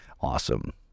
awesome